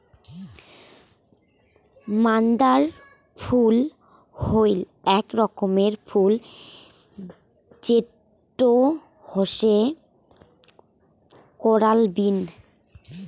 মান্দার ফুল হই আক রকমের ফুল যেটো হসে কোরাল বিন